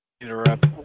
Interrupt